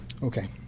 Okay